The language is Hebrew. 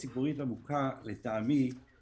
עמותות בהצבעה של שניים נגד אחד.